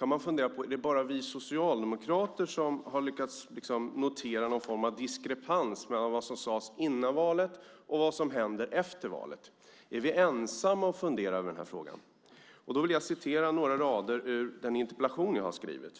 Man kan fundera på om det bara är vi socialdemokrater som har lyckats notera en diskrepans mellan vad som sades före valet och vad som händer efter valet. Är vi ensamma om att fundera över den frågan? Jag ska läsa några rader ur den interpellation jag har skrivit.